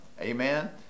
Amen